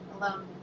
alone